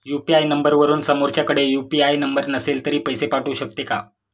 UPI नंबरवरून समोरच्याकडे UPI number नसेल तरी पैसे पाठवू शकते का?